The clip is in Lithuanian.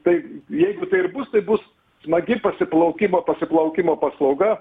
tai jeigu tai ir bus tai bus smagi pasiplaukimo pasiplaukimo paslauga